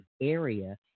area